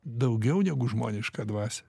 daugiau negu žmonišką dvasią